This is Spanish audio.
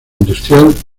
industrial